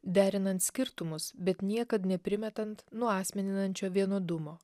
derinant skirtumus bet niekad neprimetant nuasmeninančio vienodumo